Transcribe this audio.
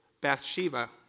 Bathsheba